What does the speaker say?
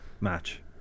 match